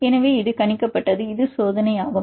எனவே இது கணிக்கப்பட்டது இது சோதனை ஆகும்